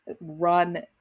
run